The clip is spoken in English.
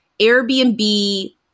Airbnb